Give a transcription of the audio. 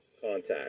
contact